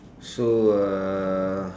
so uh